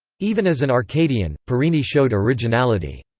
even as an arcadian, parini showed originality.